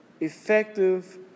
effective